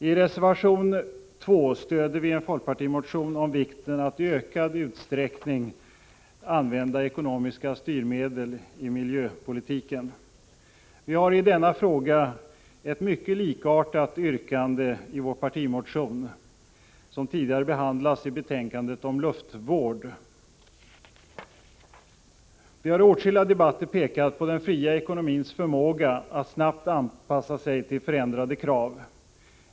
I reservation 2 stöder vi en folkpartimotion om vikten av att i ökad utsträckning använda ekonomiska styrmedel i miljöpolitiken. Vi har i denna fråga ett mycket likartat yrkande i vår partimotion, som tidigare behandlats i betänkandet om luftvård. Vi har i åtskilliga debatter påpekat den fria ekonomins förmåga att snabbt anpassa sig till förändrade krav.